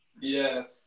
Yes